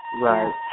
Right